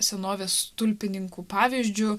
senovės stulpininkų pavyzdžiu